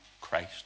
Christ